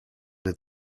had